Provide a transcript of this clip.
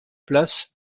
place